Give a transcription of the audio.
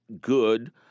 good